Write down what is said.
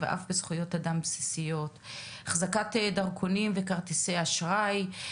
ואף בזכויות אדם בסיסיות החזקת דרכונים וכרטיסי אשראי,